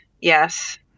Yes